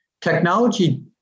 Technology